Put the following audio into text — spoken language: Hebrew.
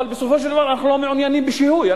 אבל בסופו של דבר אנחנו לא מעוניינים בשיהוי,